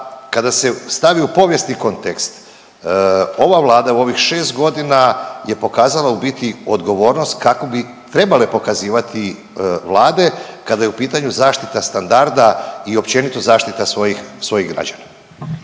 kada se stavi u povijesni kontekst ova vlada je u ovih 6.g. je pokazala u biti odgovornost kakvu bi trebale pokazivati vlade kada je u pitanju zaštita standarda i općenito zaštita svojih, svojih građana.